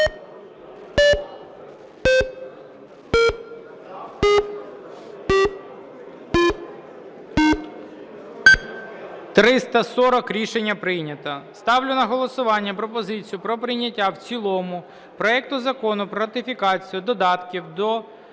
За-340 Рішення прийнято. Ставлю на голосування пропозицію про прийняття в цілому проекту Закону про ратифікацію Додатків до